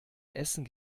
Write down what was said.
essen